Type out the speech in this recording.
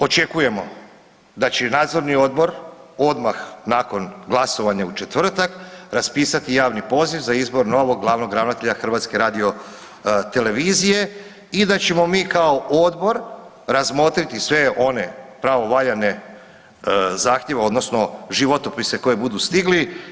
Očekujemo da će Nadzorni odbor odmah nakon glasovanja u četvrtak raspisati javni poziv za izbor novog glavnog ravnatelja Hrvatske radiotelevizije i da ćemo mi kao Odbor razmotriti sve one pravovaljane zahtjeve odnosno životopise koji budu stigli.